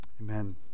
Amen